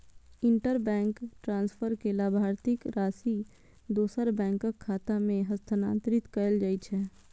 interbank transfer मे लाभार्थीक राशि दोसर बैंकक खाता मे हस्तांतरित कैल जाइ छै